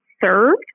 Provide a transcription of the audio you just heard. served